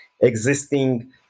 existing